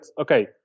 okay